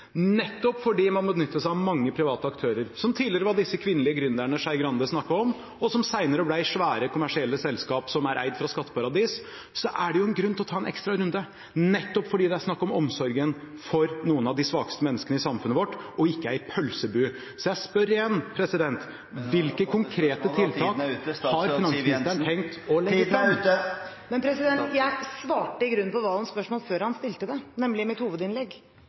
nettopp fordi man benyttet seg av mange private aktører, som tidligere var disse kvinnelige gründerne Skei Grande snakket om, og som senere ble svære kommersielle selskap som er eid fra skatteparadis. Så er det jo en grunn til å ta en ekstra runde, nettopp fordi det er snakk om omsorgen for noen av de svakeste menneskene i samfunnet vårt, og ikke en pølsebu. Så jeg spør igjen, president, … Presidenten mener han har